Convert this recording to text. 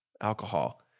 alcohol